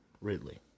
Ridley